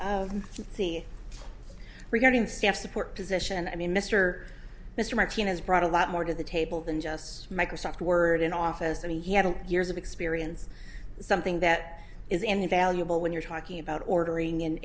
it regarding staff support position i mean mr mr martinez brought a lot more to the table than just microsoft word in office and he had a years of experience something that is invaluable when you're talking about ordering